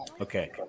Okay